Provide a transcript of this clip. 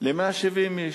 ל-170 איש.